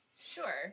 Sure